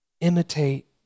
Imitate